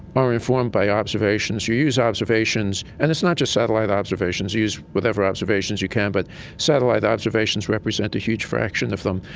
are informed by observations. you use observations, and it's not just satellite observations, you use whatever observations you can, but satellite observations represent a huge fraction of them.